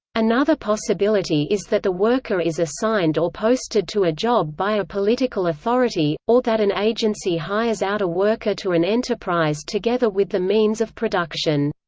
another possibility is that the worker is assigned or posted to a job by a political authority, or that an agency hires out a worker to an enterprise together with the means of production.